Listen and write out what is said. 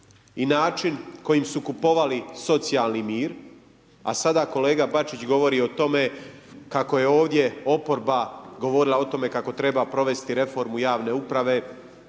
i način kojim su kupovali socijalni mir a sada kolega Bačić govori o tome kako je ovdje oporba govorila o tome kako treba provesti reformu javne uprave,